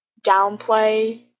downplay